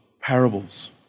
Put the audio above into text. parables